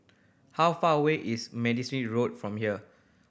how far away is Road from here